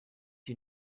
you